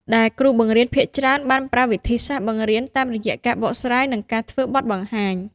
ដែលគ្រូបង្រៀនភាគច្រើនបានប្រើវិធីសាស្ត្របង្រៀនតាមរយៈការបកស្រាយនិងការធ្វើបទបង្ហាញ។